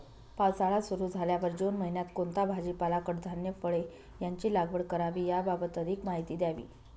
पावसाळा सुरु झाल्यावर जून महिन्यात कोणता भाजीपाला, कडधान्य, फळे यांची लागवड करावी याबाबत अधिक माहिती द्यावी?